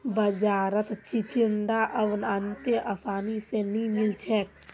बाजारत चिचिण्डा अब अत्ते आसानी स नइ मिल छेक